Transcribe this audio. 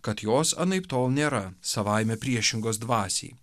kad jos anaiptol nėra savaime priešingos dvasiai